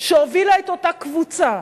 שהובילה את אותה קבוצה